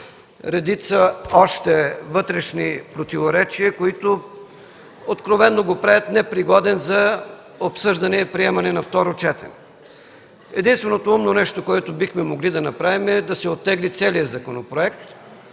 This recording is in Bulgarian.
редица вътрешни противоречия, които, откровено, го правят непригоден за обсъждане и приемане на второ четене. Единственото умно нещо, което бихме могли да направим, е да се оттегли целият законопроект,